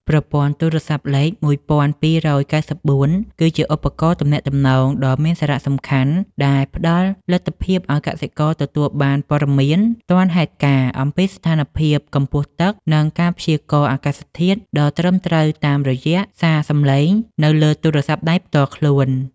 ប្រព័ន្ធទូរស័ព្ទលេខ ១២៩៤ គឺជាឧបករណ៍ទំនាក់ទំនងដ៏មានសារៈសំខាន់ដែលផ្តល់លទ្ធភាពឱ្យកសិករទទួលបានព័ត៌មានទាន់ហេតុការណ៍អំពីស្ថានភាពកម្ពស់ទឹក និងការព្យាករណ៍អាកាសធាតុដ៏ត្រឹមត្រូវតាមរយៈសារសំឡេងនៅលើទូរស័ព្ទដៃផ្ទាល់ខ្លួន។